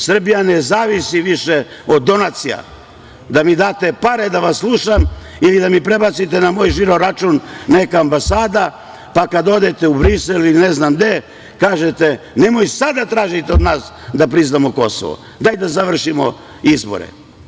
Srbija ne zavisi više od donacija, da mi date pare da vas slušam ili da mi prebacite na moj žiro račun, neka ambasada, pa kada odete u Brisel ili ne znam gde, kažete – nemoj sada da tražite od nas da priznamo Kosovo, daj da završimo izbore.